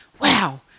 wow